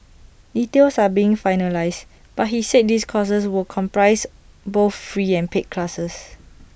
details are being finalised but he said these courses would comprise both free and paid classes